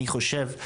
אני חושב,